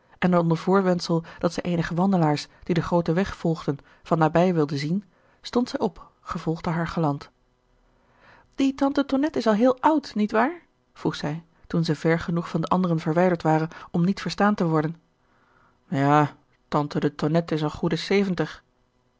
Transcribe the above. en onder voorwendsel dat zij eenige wandelaars die den grooten weg volgden van nabij wilde zien stond zij op gevolgd door haar gelant die tante tonnette is al heel oud niet waar vroeg zij toen ze ver genoeg van de anderen verwijderd waren om niet verstaan te worden ja tante de tonnette is een goede zeventig